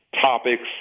topics